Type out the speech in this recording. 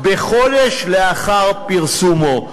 כחודש לאחר פרסומו,